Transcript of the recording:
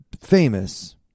famous